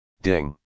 Ding